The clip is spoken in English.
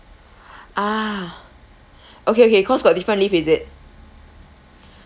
ah okay okay cause got different lift is it